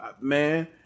man